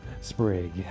Sprig